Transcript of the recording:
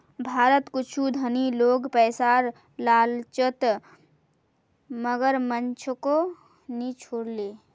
भारतत कुछू धनी लोग पैसार लालचत मगरमच्छको नि छोड ले